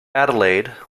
adelaide